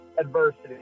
adversity